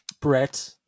Brett